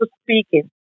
speaking